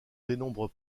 dénombre